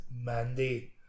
Mandy